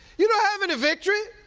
you don't have any victory.